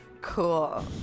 Cool